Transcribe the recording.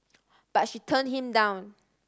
but she turned him down